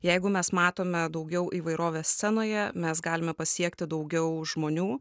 jeigu mes matome daugiau įvairovės scenoje mes galime pasiekti daugiau žmonių